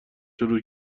شروع